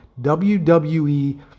WWE